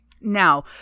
now